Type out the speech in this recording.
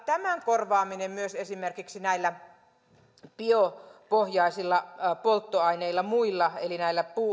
tämän korvaaminen esimerkiksi näillä muilla biopohjaisilla polttoaineilla eli näillä